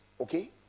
okay